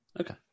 Okay